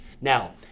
Now